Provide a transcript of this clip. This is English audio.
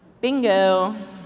Bingo